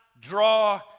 draw